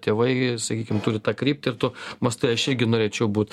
tėvai sakykim turi tą kryptį ir tu mąstai aš irgi norėčiau būt